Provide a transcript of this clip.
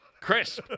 Crisp